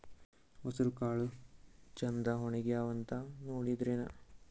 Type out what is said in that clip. ಹೆಸರಕಾಳು ಛಂದ ಒಣಗ್ಯಾವಂತ ನೋಡಿದ್ರೆನ?